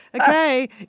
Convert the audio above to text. Okay